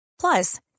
Plus